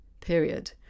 period